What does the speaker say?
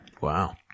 Wow